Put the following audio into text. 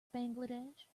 bangladesh